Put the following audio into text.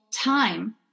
time